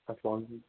اَلسلامُ علیکُم